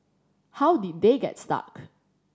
how did they get stuck